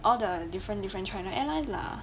all the different different China airlines lah